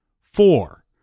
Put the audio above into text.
Four